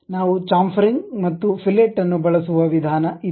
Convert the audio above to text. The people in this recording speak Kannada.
ನಾವು ಚಾಂಫರಿಂಗ್ ಮತ್ತು ಫಿಲೆಟ್ ಅನ್ನು ಬಳಸುವ ವಿಧಾನ ಇದು